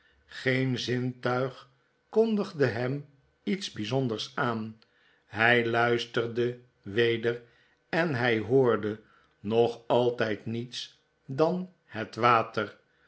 geen zintuig kondigde hem iets byzonders aan hij luisterde weder en hy hoorde nog altyd niets dan het water